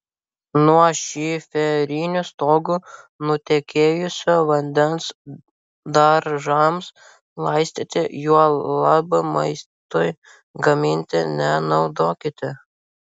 nuo šiferinių stogų nutekėjusio vandens daržams laistyti juolab maistui gaminti nenaudokite